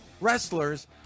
Wrestlers